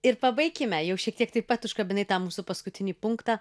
ir pabaikime jau šiek tiek taip pat užkabinai tą mūsų paskutinį punktą